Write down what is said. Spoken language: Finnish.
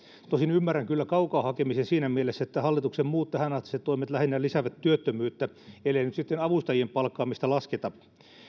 tosin ymmärrän kyllä kaukaa hakemisen siinä mielessä että hallituksen muut tähänastiset toimet lähinnä lisäävät työttömyyttä ellei nyt sitten avustajien palkkaamista lasketa